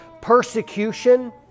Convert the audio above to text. persecution